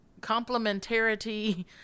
complementarity